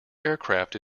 aircraft